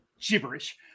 gibberish